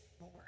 more